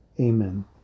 Amen